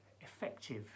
effective